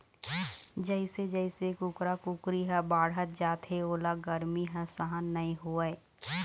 जइसे जइसे कुकरा कुकरी ह बाढ़त जाथे ओला गरमी ह सहन नइ होवय